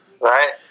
Right